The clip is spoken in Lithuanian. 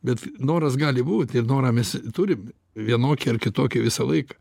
bet noras gali būt ir norą mes turim vienokį ar kitokį visą laiką